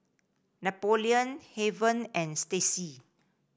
Napoleon Heaven and Stacy